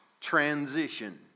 transition